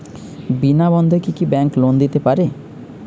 বিনা বন্ধকে কি bank loan দিতে পারে?